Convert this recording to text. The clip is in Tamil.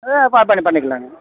ஆ பா ப பண்ணிக்கலாங்க